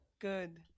good